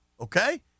okay